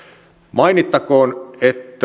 mainittakoon että